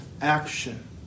action